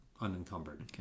unencumbered